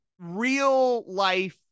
real-life